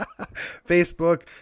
Facebook